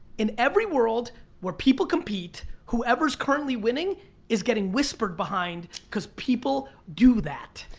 in every world where people compete, whoever's currently winning is getting whispered behind because people do that.